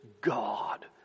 God